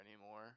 anymore